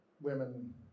women